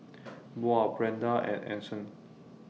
Buel Brenda and Anson